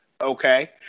Okay